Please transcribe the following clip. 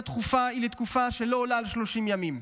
דחופה היא לתקופה שלא עולה על 30 ימים.